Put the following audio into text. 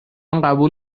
قبول